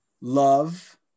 love